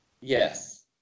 Yes